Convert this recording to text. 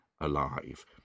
alive